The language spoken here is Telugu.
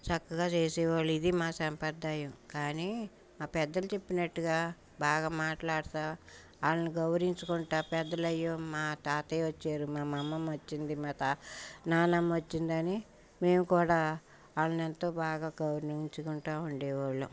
చక్కగా చేసేవాళ్ళు ఇది మా సాంప్రదాయం కానీ మా పెద్దలు చెప్పినట్టుగా బాగా మాట్లాడుతూ వాళ్ళని గౌరవించుకుంటూ పెద్దలైన మా తాతయ్య వచ్చారు మా అమ్మమ్మ వచ్చింది మా తా నానమ్మ వచ్చిందని మేము కూడా వాళ్ళని ఎంతో బాగా గౌరవించుకుంటూ ఉండేవాళ్ళు